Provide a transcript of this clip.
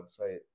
website